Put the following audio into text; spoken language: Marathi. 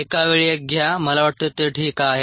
एका वेळी एक घ्या मला वाटते ते ठीक आहे